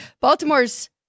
Baltimore's